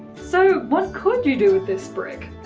so, what could you do with this brick?